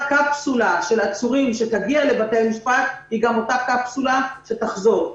קפסולה של עצורים שתגיע לבתי המשפט היא גם אותה קפסולה שתחזור,